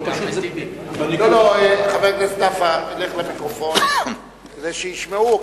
לא, חבר הכנסת נפאע, לך למיקרופון כדי שישמעו.